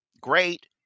Great